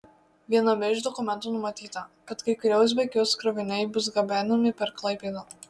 viename iš dokumentų numatyta kad kai kurie uzbekijos kroviniai bus gabenami per klaipėdą